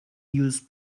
use